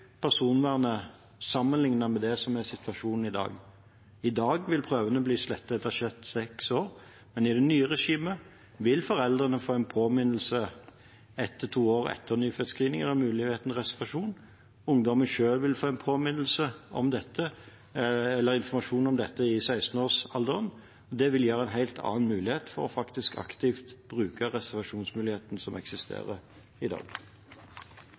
personvernet sammenlignet med det som er situasjonen i dag. I dag vil prøvene bli slettet etter seks år, men i det nye regimet vil foreldrene få en påminnelse ett til to år etter nyfødtscreeningen om muligheten for reservasjon. Ungdommen selv vil få informasjon om dette i 16-årsalderen. Det vil gi en helt annen mulighet for aktivt å bruke reservasjonsmuligheten som eksisterer i dag.